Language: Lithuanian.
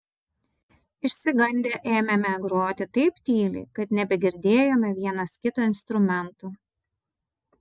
išsigandę ėmėme groti taip tyliai kad nebegirdėjome vienas kito instrumentų